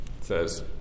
says